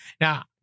Now